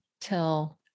till